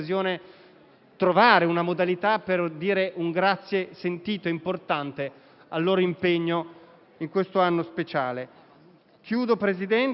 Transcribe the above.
trovare una modalità per dire un grazie sentito e importante al loro impegno in questo anno speciale.